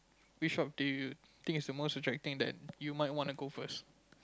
which shops do you think is the most attracting that you might wanna go first